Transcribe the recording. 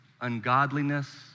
ungodliness